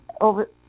Over